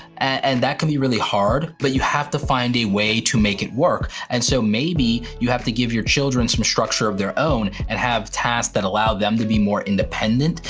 and that can be really hard, but you have to find a way to make it work. and so maybe you have to give your children some structure of their own, and have tasks that allow them to be more independent.